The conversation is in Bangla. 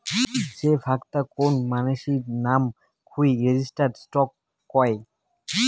যে ভাগ তা কোন মানাসির নাম থুই রেজিস্টার্ড স্টক কয়